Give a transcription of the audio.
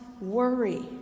worry